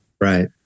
Right